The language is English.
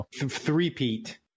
Three-peat